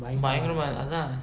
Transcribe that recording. பயங்கரமா அதா:bayangaramaa athaa